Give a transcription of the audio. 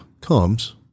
comes